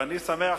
ואני שמח,